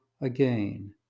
again